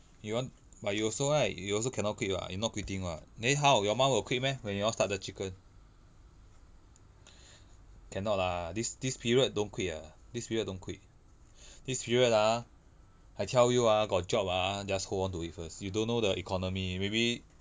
you want but you also right you also cannot quit [what] you not quitting [what] then how your mum will quit meh when you all start the chicken cannot lah this this period don't quit ah this period don't quit this period ah I tell you ah got job ah just hold on to it first you don't know the economy maybe